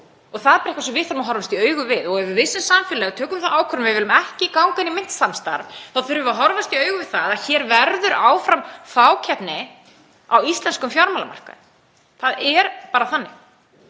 Það er bara eitthvað sem við þurfum að horfast í augu við. Ef við sem samfélag tökum þá ákvörðun að við viljum ekki ganga inn í myntsamstarf þurfum við að horfast í augu við það að hér verður áfram fákeppni á íslenskum fjármálamarkaði. Það er bara þannig.